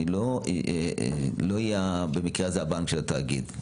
אני לא אהיה הבנק של התאגיד.